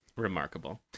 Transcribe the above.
Remarkable